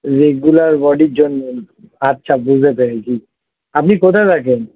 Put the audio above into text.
regular বডির জন্য আচ্ছা বুঝতে পেরেছি আপনি কোথায় থাকেন